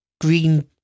green